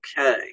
okay